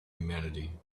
humanity